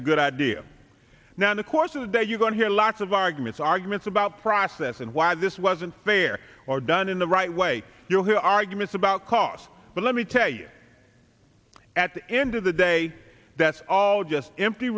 a good idea now of course is that you're going to hear lots of arguments arguments about process and why this was unfair or done in the right way you'll hear arguments about cost but let me tell you at the end of the day that's all just empty